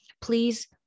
Please